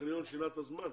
והטכניון שינה את הזמן?